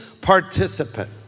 participant